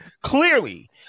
Clearly